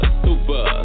super